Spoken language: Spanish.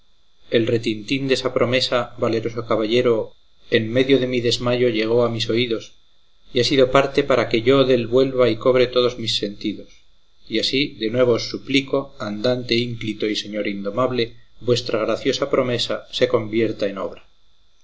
y dijo el retintín desa promesa valeroso caballero en medio de mi desmayo llegó a mis oídos y ha sido parte para que yo dél vuelva y cobre todos mis sentidos y así de nuevo os suplico andante ínclito y señor indomable vuestra graciosa promesa se convierta en obra